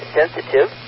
sensitive